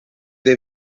dei